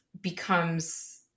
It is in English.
becomes